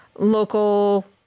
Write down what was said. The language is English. local